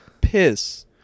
piss